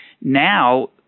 now